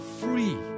free